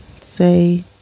say